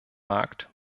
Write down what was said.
markt